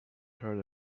heard